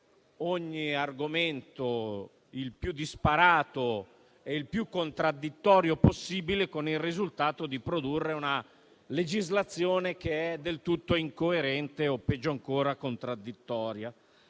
ogni argomento, il più disparato e il più contraddittorio possibile, con il risultato di produrre una legislazione del tutto incoerente o, peggio ancora, contraddittoria.